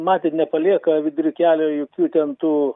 matėt nepalieka vidury kelio jokių ten tų